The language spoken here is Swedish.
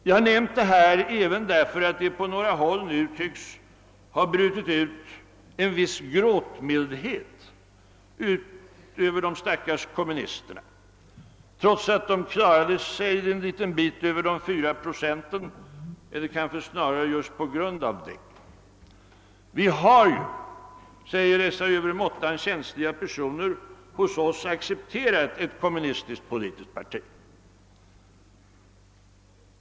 Jag har nämnt det här därför att på några håll en viss gråtmildhet tycks ha brutit ut över de stackars kommunisterna, trots att de klarade sig en liten bit över de 4 procenten — eller kanske snarare på grund av detta. Vi har ju, säger dessa övermåttan känsliga personer, hos oss accepterat ett kommunistiskt politiskt parti.